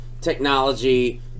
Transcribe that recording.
technology